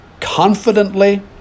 confidently